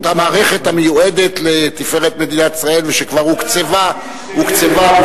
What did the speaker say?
אותה מערכת המיועדת לתפארת מדינת ישראל ואשר כבר הוקצבה בזמנו.